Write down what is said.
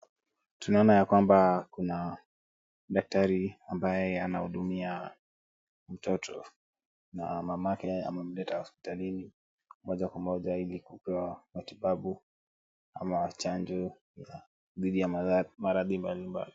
Tunaona ya kwamba kuna daktari ambaye anahudumia mtoto na mamake amemleta hospitalini moja kwa moja ili kupewa matibabu ama chanjo dhidi ya maradhi mbalimbali.